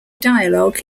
dialogue